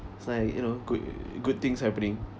it's like you know good good things happening